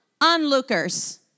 onlookers